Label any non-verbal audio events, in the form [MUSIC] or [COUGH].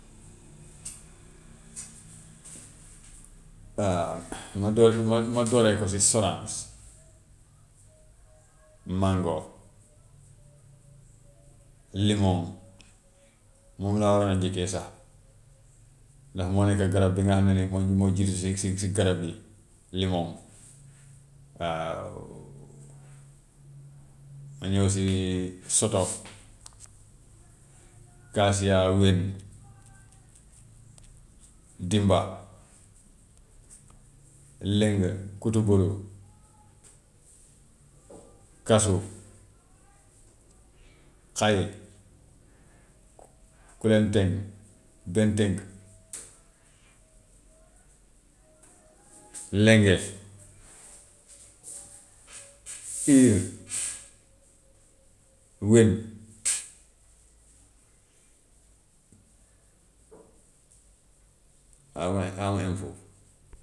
[NOISE] waa ma doo- ma ma doree ko si soraas, mango, limoŋ moom laa waroon a njëkkee sax ndax moo nekk garab bi nga xam ne ni moo moo jiitu si si garab yi limoŋ. Waaw ma ñëw si [NOISE] soto, [NOISE] kaasiyaa, wén, dimba, lëng, kutubulu, [NOISE] kasu, xay, kurenteŋ, benténk [NOISE] lenge, [NOISE] tiir, [NOISE] wén, [NOISE] xaaral ma xaaral ma em foofu.